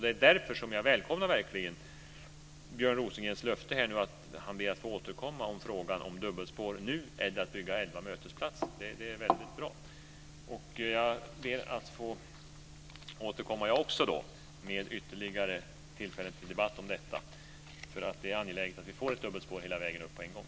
Det är därför som jag verkligen välkomnar Björn Rosengrens löfte om att återkomma i frågan om dubbelspår nu eller elva mötesplatser. Det är väldigt bra. Också jag ber att få återkomma till ytterligare tillfällen till debatt om detta. Det är angeläget att vi får ett dubbelspår hela vägen upp på en gång.